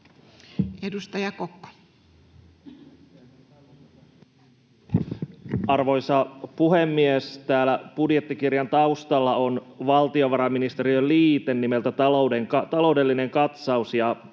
Content: Arvoisa puhemies! Täällä budjettikirjan taustalla on valtiovarainministeriön liite nimeltä ”Taloudellinen katsaus”.